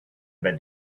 that